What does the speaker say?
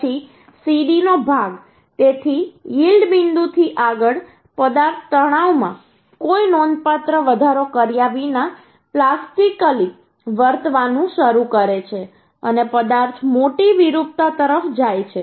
પછી CDનો ભાગ તેથી યીલ્ડ બિંદુથી આગળ પદાર્થ તણાવમાં કોઈ નોંધપાત્ર વધારો કર્યા વિના પ્લાસ્ટિકલી વર્તવાનું શરૂ કરે છે અને પદાર્થ મોટી વિરૂપતા તરફ જાય છે